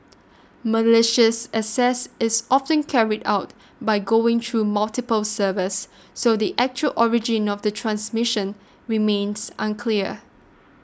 malicious access is often carried out by going through multiple servers so the actual origin of the transmission remains unclear